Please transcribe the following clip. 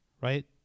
right